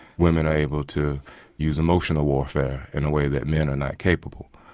women are able to use emotional warfare in a way that men are not capable.